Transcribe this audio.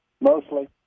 Mostly